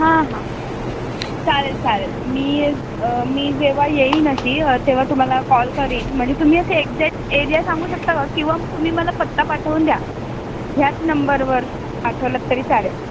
हां हां चालेल चालेल मी मी जेव्हा येईन अशी तेव्हा तुम्हाला कॉल करिन म्हणजे तुम्ही असे एक्झॅट एरिया सांगू शकता का किंवा तुम्ही मला पत्ता पाठवून द्या ह्याच नम्बरवर पाठवलात तरी चालेल